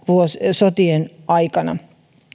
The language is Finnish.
sotien aikana